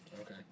Okay